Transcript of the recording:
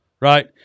right